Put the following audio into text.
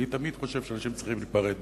אני תמיד חושב שאנשים צריכים להיפרד